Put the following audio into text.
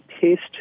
taste